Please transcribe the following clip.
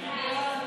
חוק רשות